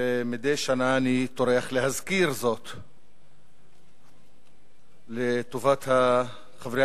ומדי שנה אני טורח להזכיר זאת לטובת חברי